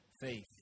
faith